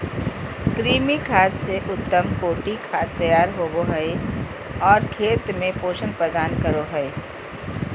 कृमि खाद से उत्तम कोटि खाद तैयार होबो हइ और खेत में पोषक प्रदान करो हइ